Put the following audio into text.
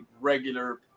regular